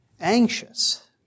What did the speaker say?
anxious